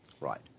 Right